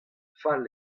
fall